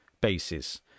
bases